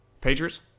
Patriots